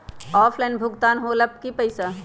Offline भुगतान हो ला कि पईसा?